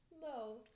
No